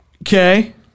Okay